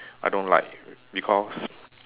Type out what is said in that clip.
I don't like because